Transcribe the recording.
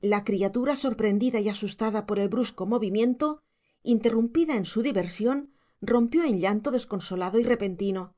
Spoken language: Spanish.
la criatura sorprendida y asustada por el brusco movimiento interrumpida en su diversión rompió en llanto desconsolado y repentino